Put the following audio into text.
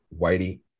whitey